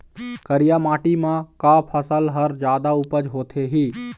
करिया माटी म का फसल हर जादा उपज होथे ही?